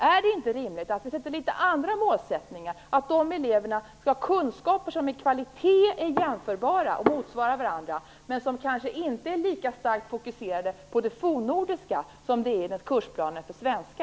Är det inte rimligt att sätta litet annorlunda målsättningar så att dessa elever skall ha kunskaper som i kvalitet är jämförbara och motsvarar varandra, men som kanske inte är lika starkt fokuserade på det fornnordiska som det är i kursplanen för svenska.